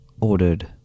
ordered